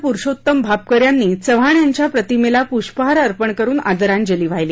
पुरुषोत्तम भापकर यांनी चव्हाण यांच्या प्रतिमेला पुष्पहार अर्पण करून आदरांजली वाहिली